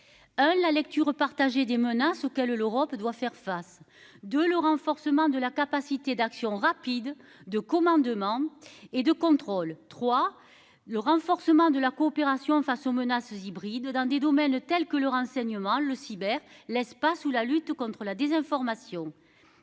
la lecture partagée des menaces auxquelles l'Europe doit faire face de le renforcement de la capacité d'action rapide de commandement et de contrôle trois le renforcement de la coopération face aux menaces hybrides dans des domaines tels que le renseignement le cyber l'espace où la lutte contre la désinformation